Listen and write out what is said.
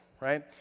right